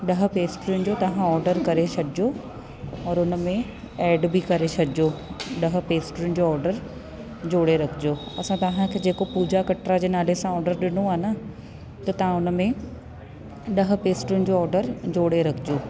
ॾह पेस्ट्रीनि जो तव्हां ऑडर करे छॾिजो और उनमें ऐड बि करे छॾिजो ॾह पेस्ट्रीनि जो ऑडर जोड़े रखिजो असां तव्हांखे जेको पूजा कटरा जे नाले सां ऑडर ॾिनो आहे न त तव्हां उनमें ॾह पेस्ट्रीनि जो ऑडर जोड़े रखिजो